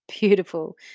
beautiful